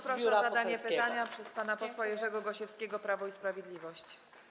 Proszę o zadanie pytania pana posła Jerzego Gosiewskiego, Prawo i Sprawiedliwość.